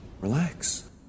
relax